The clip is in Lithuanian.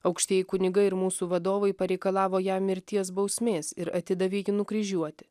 aukštieji kunigai ir mūsų vadovai pareikalavo jam mirties bausmės ir atidavė jį nukryžiuoti